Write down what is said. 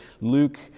Luke